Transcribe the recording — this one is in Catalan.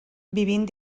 vivint